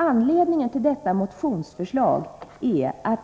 Anledningen till detta motionsförslag är att